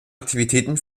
aktivitäten